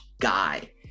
guy